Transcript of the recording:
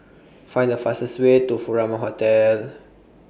Find The fastest Way to Furama Hotel